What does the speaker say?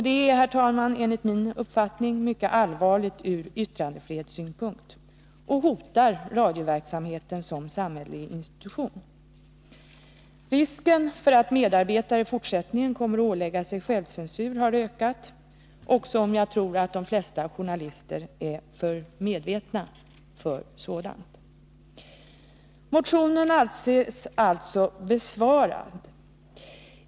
Det är, herr talman, enligt min uppfattning mycket allvarligt ur yttrandefrihetssynpunkt och hotar radioverksamheten som samhällelig institution. Risken för att medarbetare i fortsättningen kommer att ålägga sig självcensur har ökat, även om jag tror att de flesta journalister är för medvetna för att ålägga sig en sådan självcensur. Motionen anses besvarad.